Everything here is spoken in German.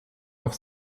auf